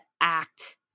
act